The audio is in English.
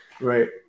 Right